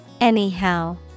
Anyhow